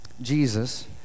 Jesus